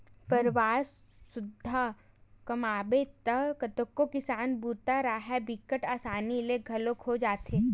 परवार सुद्धा कमाबे त कतको किसानी बूता राहय बिकट असानी ले घलोक हो जाथे